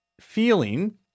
feeling